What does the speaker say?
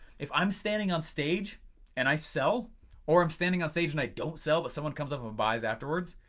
if i'm standing on stage and i sell or i'm standing on stage and i don't sell but someone comes up and buys afterwards.